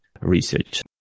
research